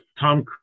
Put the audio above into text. Tom